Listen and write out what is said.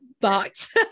box